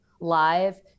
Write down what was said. live